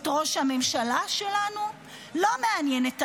את ראש הממשלה שלנו, לא מעניינת האמת,